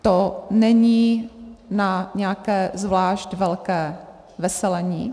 To není na nějaké zvlášť velké veselení.